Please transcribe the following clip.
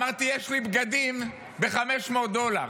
אמרתי, יש לי בגדים ב-500 דולר.